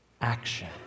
action